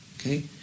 Okay